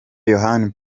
yohani